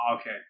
Okay